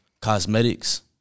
cosmetics